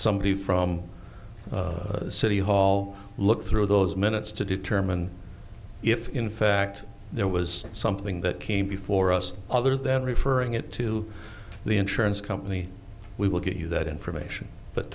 somebody from city hall look through those minutes to determine if in fact there was something that came before us other than referring it to the insurance company we will give you that information but